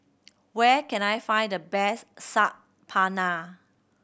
where can I find the best Saag Paneer